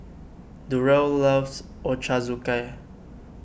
Durrell loves Ochazuke